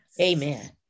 Amen